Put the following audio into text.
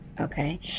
Okay